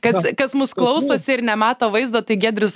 kad kas mūsų klausosi ir nemato vaizdo tai giedrius